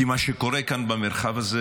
כי מה שקורה כאן במרחב הזה